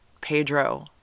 Pedro